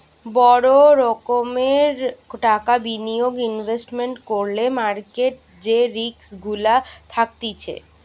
বড় রোকোমের টাকা বিনিয়োগ ইনভেস্টমেন্ট করলে মার্কেট যে রিস্ক গুলা থাকতিছে